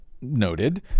noted